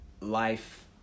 life